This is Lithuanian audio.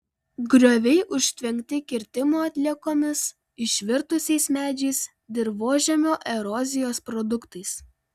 grioviai užtvenkti kirtimo atliekomis išvirtusiais medžiais dirvožemio erozijos produktais